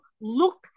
look